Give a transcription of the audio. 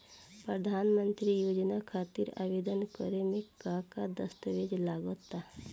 प्रधानमंत्री योजना खातिर आवेदन करे मे का का दस्तावेजऽ लगा ता?